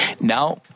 now